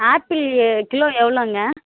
apple kilo எவ்வளோங்க